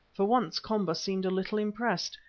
for once komba seemed a little impressed,